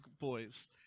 boys